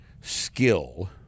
skill